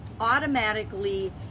automatically